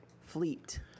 Fleet